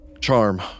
charm